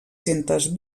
centes